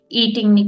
eating